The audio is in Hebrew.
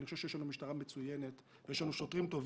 אני חושב שיש לנו משטרה מצוינת ויש לנו שוטרים טובים.